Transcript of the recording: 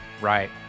right